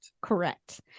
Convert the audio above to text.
Correct